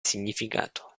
significato